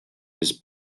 his